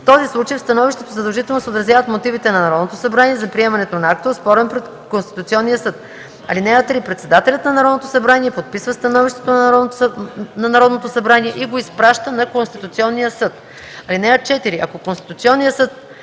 В този случай в становището задължително се отразяват мотивите на Народното събрание за приемането на акта, оспорен пред Конституционния съд. (3) Председателят на Народното събрание подписва становището на Народното събрание и го изпраща на Конституционния съд. (4) Ако Конституционният съд